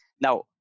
Now